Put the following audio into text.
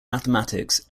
mathematics